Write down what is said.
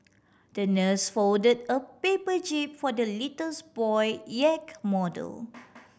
the nurse folded a paper jib for the little boy yacht model